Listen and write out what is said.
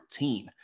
14